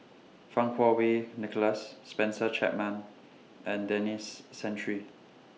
Fang Kuo Wei Nicholas Spencer Chapman and Denis Santry